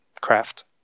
craft